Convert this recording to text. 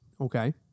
Okay